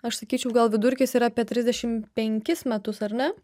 aš sakyčiau gal vidurkis yra apie trisdešim penkis metus ar ne